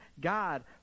God